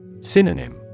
Synonym